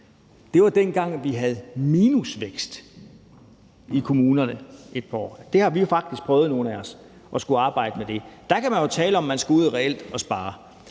Det var dengang, hvor vi havde minusvækst i kommunerne et par år. Det har nogle af os jo faktisk prøvet at skulle arbejde med. Der kan man jo tale om, at man reelt skal ud og spare.